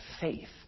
faith